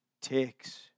takes